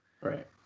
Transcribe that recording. Right